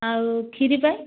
ଆଉ ଖିରି ପାଇଁ